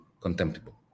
contemptible